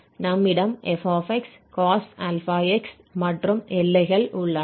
நம்மிடம் f cos αx மற்றும் எல்லைகள் உள்ளன